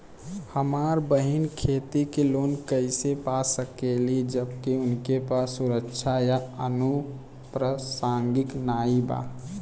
हमार बहिन खेती के लोन कईसे पा सकेली जबकि उनके पास सुरक्षा या अनुपरसांगिक नाई बा?